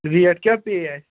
rate کیٛاہ پیٚیہِ اَسہِ